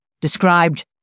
described